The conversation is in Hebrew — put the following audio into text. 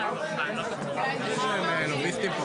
שזה ברור לכולנו.